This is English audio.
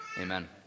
Amen